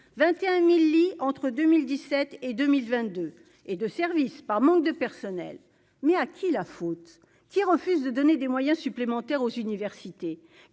21000 lits, entre 2017 et 2 1000 22 et de service par manque de personnel, mais à qui la faute, qui refuse de donner des moyens supplémentaires aux universités